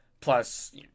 Plus